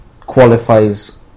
qualifies